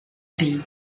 pays